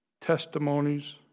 testimonies